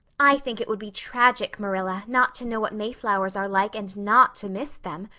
i think it would be tragic, marilla, not to know what mayflowers are like and not to miss them.